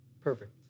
Perfect